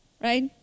right